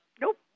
Nope